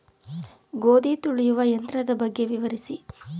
ಗೋಧಿ ತುಳಿಯುವ ಯಂತ್ರದ ಬಗ್ಗೆ ವಿವರಿಸಿ?